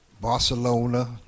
Barcelona